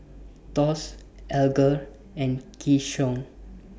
Thos Alger and Keyshawn